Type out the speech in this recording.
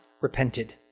repented